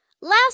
Last